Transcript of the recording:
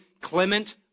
Clement